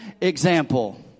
example